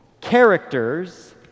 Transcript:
Characters